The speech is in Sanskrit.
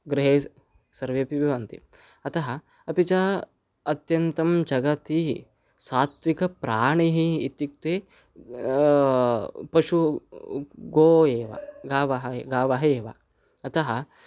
गृहे सर्वेऽपि पिबन्ति अतः अपि च अत्यन्तं जगति सात्विकप्राणिः इत्युक्ते पशुः गावः एव गावः एव गावः एव अतः